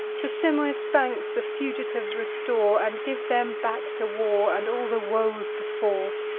to simois' banks the fugitives restore, and give them back to war, and all the woes before.